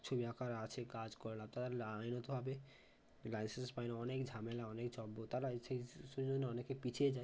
ছবি আঁকার আছে কাজ করে তারা আইনতভাবে লাইসেন্স পায় না অনেক ঝামেলা অনেক তারা সেই সুযোগে অনেকে পিছিয়ে যায়